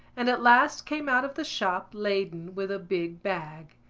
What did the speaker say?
and at last came out of the shop laden with a big bag.